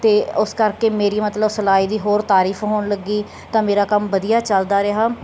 ਅਤੇ ਉਸ ਕਰਕੇ ਮੇਰੀ ਮਤਲਬ ਸਿਲਾਈ ਦੀ ਹੋਰ ਤਾਰੀਫ ਹੋਣ ਲੱਗੀ ਤਾਂ ਮੇਰਾ ਕੰਮ ਵਧੀਆ ਚੱਲਦਾ ਰਿਹਾ